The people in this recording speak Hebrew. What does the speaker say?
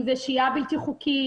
אם זו שהייה בלתי חוקית,